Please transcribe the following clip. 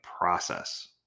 process